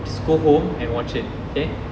just go home and watch it okay